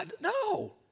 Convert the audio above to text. no